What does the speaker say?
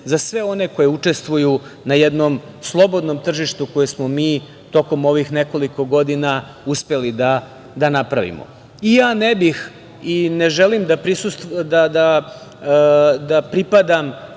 za sve one koji učestvuju na jednom slobodnom tržištu koje smo mi tokom ovih nekoliko godina uspeli da napravimo. Ne bih i ne želim da pripadam